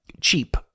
cheap